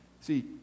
See